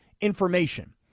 information